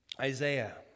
Isaiah